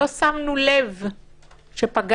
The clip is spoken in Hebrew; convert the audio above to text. לא שמנו לב שפגענו.